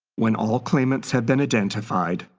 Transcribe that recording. when all claimants have been identified,